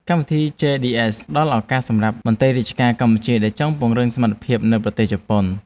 កម្មវិធីជេឌីអេស (JDS) ផ្តល់ឱកាសពិសេសសម្រាប់មន្ត្រីរាជការកម្ពុជាដែលចង់ពង្រឹងសមត្ថភាពនៅប្រទេសជប៉ុន។